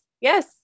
yes